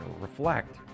reflect